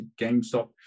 GameStop